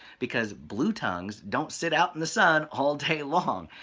because blue tongues don't sit out in the sun all day long.